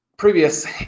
previous